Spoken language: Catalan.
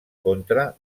contra